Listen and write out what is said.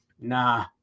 nah